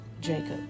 Jacob